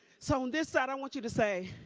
so on this side i want you to say.